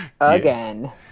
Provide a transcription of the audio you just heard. Again